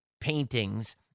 paintings